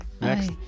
Next